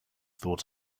thought